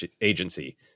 agency